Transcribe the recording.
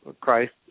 Christ